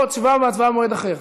או תשובה והצבעה במועד אחר.